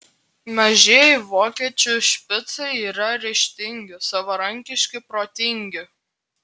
mažieji vokiečių špicai yra ryžtingi savarankiški protingi